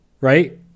right